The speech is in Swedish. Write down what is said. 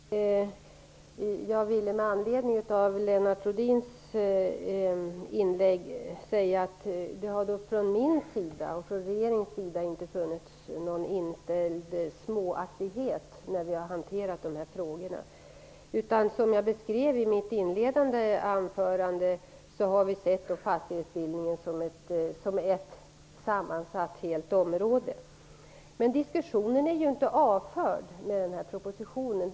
Herr talman! Jag vill med anledning av Lennart Rohdins inlägg säga att det från regeringens sida inte visats någon småaktighet i hanteringen av dessa frågor. Som jag beskrev i mitt inledningsanförande har vi sett fastighetsbildningsområdet som en helhet. Men diskussionen är ju inte avförd med denna proposition.